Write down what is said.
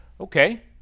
Okay